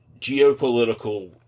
geopolitical